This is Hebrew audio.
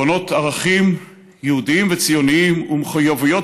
בונות ערכים יהודיים וציוניים ומחויבויות